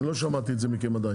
אני לא שמעתי את זה מכם עדיין.